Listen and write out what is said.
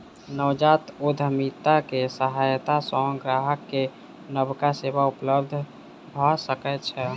नवजात उद्यमिता के सहायता सॅ ग्राहक के नबका सेवा उपलब्ध भ सकै छै